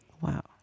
Wow